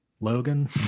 Logan